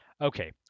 Okay